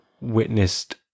witnessed